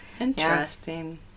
Interesting